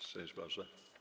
Szczęść Boże.